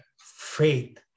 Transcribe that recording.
faith